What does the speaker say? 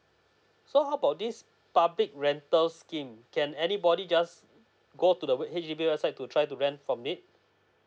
so how about this public rental scheme can any body just go to the web H_D_B website to try to rent from it